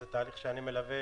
זה תהליך שאני מלווה